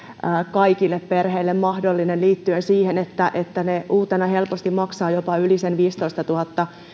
kaikille perheille mahdollinen liittyen siihen että että ne uutena helposti maksavat jopa yli sen viisitoistatuhatta